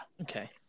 okay